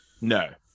no